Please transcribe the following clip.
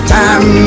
time